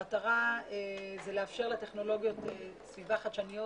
המטרה היא לאפשר לטכנולוגיות סביבה חדשניות